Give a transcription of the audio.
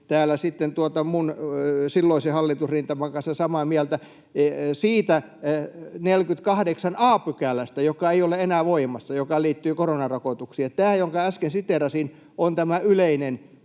täällä silloisen hallitusrintaman kanssa samaa mieltä siitä 48 a §:stä, joka ei ole enää voimassa ja joka liittyy koronarokotuksiin. Tämä, jonka äsken siteerasin, on tämä yleinen